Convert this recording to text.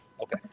Okay